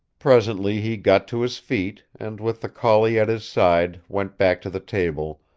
presently he got to his feet, and with the collie at his side went back to the table,